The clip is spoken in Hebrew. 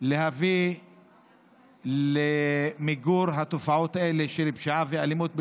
להביא למיגור התופעות האלה של פשיעה ואלימות,